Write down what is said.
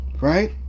Right